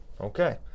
Okay